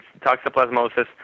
Toxoplasmosis